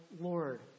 Lord